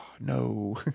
no